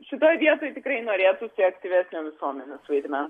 šitoj vietoj tikrai norėtųsi aktyvesnio visuomenės vaidmens